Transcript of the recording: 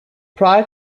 prior